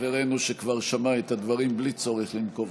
חברנו שכבר שמע את הדברים בלי צורך לנקוב בשמו.